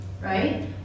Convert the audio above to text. right